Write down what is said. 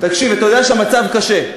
אתה יודע שהמצב בבית קשה.